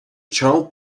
child